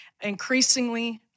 increasingly